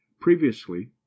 previously